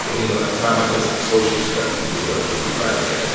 or, you know, at the time i guess social studies or whatever was like ah